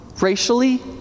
racially